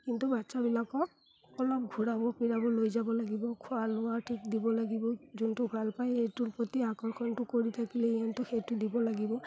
কিন্তু বাচ্ছাবিলাকক অলপ ঘূৰাব পিৰাব লৈ যাব লাগিব খোৱা লোৱা ঠিক দিব লাগিব যোনটো ভাল পায় সেইটোৰ প্ৰতি আকৰ্ষণটো কৰি থাকিলে সিহঁতৰ সেইটো দিব লাগিব